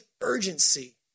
urgency